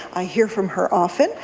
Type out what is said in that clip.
i hear from her often.